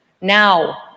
Now